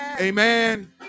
Amen